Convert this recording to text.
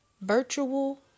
virtual